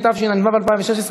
התשע"ו 2016,